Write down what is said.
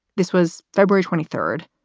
this was february twenty third.